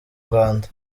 rwanda